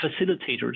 facilitators